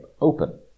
open